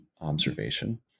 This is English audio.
observation